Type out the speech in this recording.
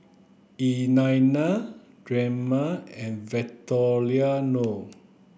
Eliana Drema and Victoriano